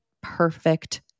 perfect